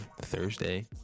Thursday